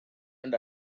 and